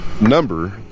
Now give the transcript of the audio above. number